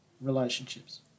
relationships